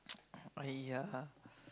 !aiya!